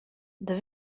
der